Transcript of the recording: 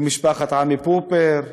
למשפחת עמי פופר,